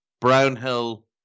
Brownhill